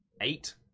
Eight